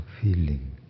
feeling